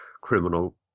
criminal